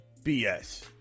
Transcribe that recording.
BS